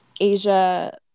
Asia